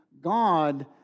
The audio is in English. God